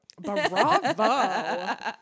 Bravo